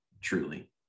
truly